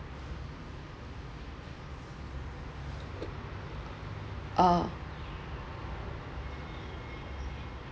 orh